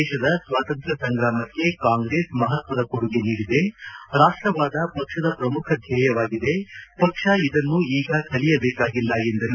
ದೇಶದ ಸ್ವಾತಂತ್ರ ಸಂಗ್ರಾಮಕ್ಕೆ ಕಾಂಗ್ಲೆಸ್ ಮಪತ್ವದ ಕೊಡುಗೆ ನೀಡಿದೆ ರಾಷ್ಟವಾದ ಪಕ್ಷದ ಪ್ರಮುಖ ಧ್ಯೇಯವಾಗಿದೆ ಪಕ್ಷ ಇದನ್ನು ಈಗ ಕಲಿಯಬೇಕಾಗಿಲ್ಲ ಎಂದರು